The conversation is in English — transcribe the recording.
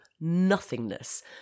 nothingness